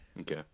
Okay